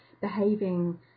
behaving